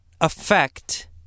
affect